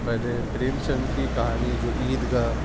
پہلے پریم چند کی کہانی جو عید گاہ